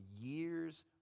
years